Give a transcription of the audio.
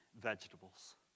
vegetables